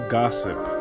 gossip